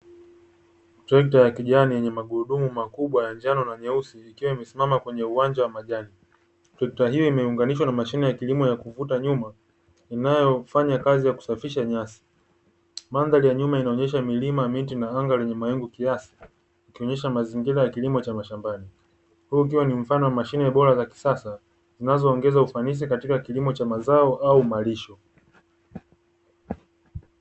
Trekta ya kijani yenye magurudumu makubwa ya njano na nyeusi ikiwa imesimama kwenye uwanja wa majani, trekta hiyo imeunganishwa na mashine ya kilimo ya kuvuta nyuma inayofanya kazi ya kusafisha nyasi, madhari ya nyuma inaonyesha milima, miti na anga lenye mawingu kiasi ikionyesha mazingira ya kilimo cha mashambani huu ukiwa ni mfano wa mashine bora za kisasa zinazoongeza ufanisi katika kilimo cha mazao au malisho.